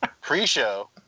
Pre-show